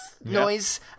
noise